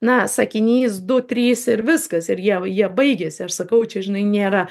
na sakinys du trys ir viskas ir jie jie baigiasi aš sakau čia žinai nėra